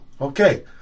Okay